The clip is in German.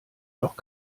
doch